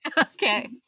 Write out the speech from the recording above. Okay